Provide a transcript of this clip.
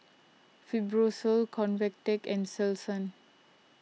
Fibrosol Convatec and Selsun